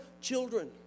children